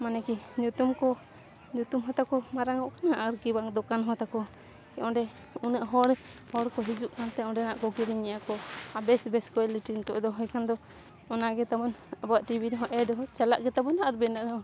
ᱢᱟᱱᱮ ᱠᱤ ᱧᱩᱛᱩᱢ ᱠᱚ ᱧᱩᱛᱩᱢ ᱦᱚᱸ ᱛᱟᱠᱚ ᱢᱟᱨᱟᱝᱚᱜ ᱠᱟᱱᱟ ᱟᱨᱠᱤ ᱵᱟᱝ ᱫᱚᱠᱟᱱ ᱦᱚᱸ ᱛᱟᱠᱚ ᱚᱸᱰᱮ ᱩᱱᱟᱹᱜ ᱦᱚᱲ ᱦᱚᱲ ᱠᱚ ᱦᱤᱡᱩᱜ ᱠᱟᱱᱛᱮ ᱚᱸᱰᱮᱱᱟᱜ ᱠᱚ ᱠᱤᱨᱤᱧᱮᱜᱼᱟ ᱠᱚ ᱟᱨ ᱵᱮᱥ ᱵᱮᱥ ᱠᱚᱭᱮᱞᱤᱴᱤ ᱱᱤᱛᱳᱜ ᱫᱚᱦᱚᱭ ᱠᱷᱟᱱ ᱫᱚ ᱚᱱᱟᱜᱮ ᱛᱟᱵᱚᱱ ᱟᱵᱚᱣᱟᱜ ᱴᱤᱵᱷᱤ ᱨᱮᱦᱚᱸ ᱮᱰ ᱦᱚᱸ ᱪᱟᱞᱟᱜ ᱜᱮᱛᱟᱵᱚᱱ ᱟᱨ ᱵᱮᱱᱟᱨ ᱨᱮᱦᱚᱸ